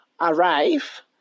Arrive